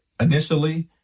initially